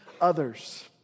others